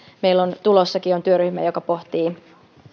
meillä on tulossakin on työryhmä joka pohtii